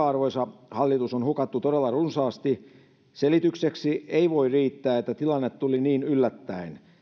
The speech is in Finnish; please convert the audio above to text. arvoisa hallitus on hukattu todella runsaasti selitykseksi ei voi riittää että tilanne tuli niin yllättäen